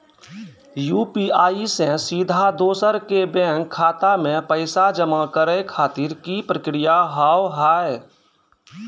UPI से सीधा दोसर के बैंक खाता मे पैसा जमा करे खातिर की प्रक्रिया हाव हाय?